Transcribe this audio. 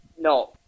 No